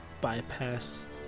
bypass